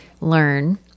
learn